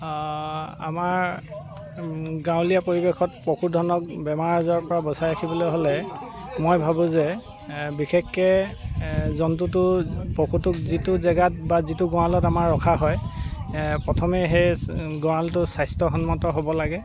আমাৰ গাঁৱলীয়া পৰিৱেশত পশুধনক বেমাৰ আজাৰৰপৰা বচাই ৰাখিবলৈ হ'লে মই ভাবোঁ যে বিশেষকৈ জন্তুটো পশুটোক যিটো জেগাত বা যিটো গঁৰালত আমাৰ ৰখা হয় প্ৰথমে সেই গঁৰালটো স্বাস্থ্যসন্মত হ'ব লাগে